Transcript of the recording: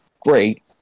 great